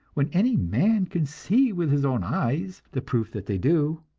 when any man can see with his own eyes the proof that they do?